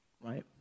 right